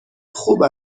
خوب